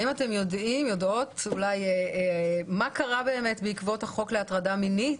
האם אתם יודעים מה קרה בעקבות החוק להטרדה מינית?